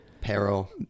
Peril